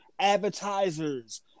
advertisers